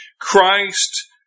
Christ